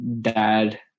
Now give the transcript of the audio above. dad